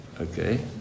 Okay